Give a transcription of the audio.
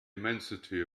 immensity